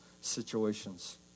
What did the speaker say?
situations